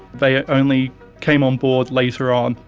they only came on board later on.